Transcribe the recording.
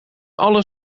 alle